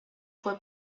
fue